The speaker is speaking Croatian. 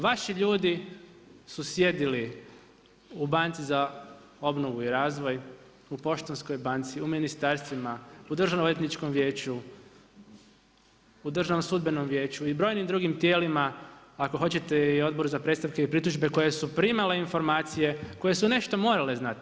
Vaši ljudi su sjedili u banci za obnovu i razvoj, u Poštanskoj banci, u ministarstvima, u Državno odvjetničkom vijeću, u Državno sudbenom vijeću i brojnim drugim tijelima, ako hoćete i odbor za predstavke i pritužbe koje su primale informacije, koje su nešto morale znati.